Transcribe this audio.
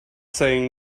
saying